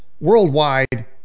worldwide